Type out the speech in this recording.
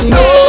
no